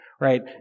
right